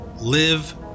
live